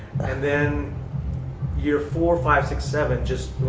and then year four, five, six, seven, just,